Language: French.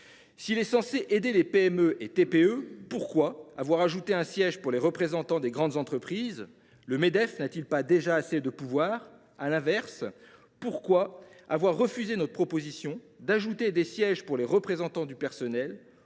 s’il est censé aider les PME et les TPE, pourquoi y avoir ajouté un siège pour les représentants des grandes entreprises ? Le Medef n’a t il pas déjà assez de pouvoir ? À l’inverse, pourquoi avoir refusé notre proposition d’ajouter des sièges pour les représentants du personnel,